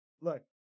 look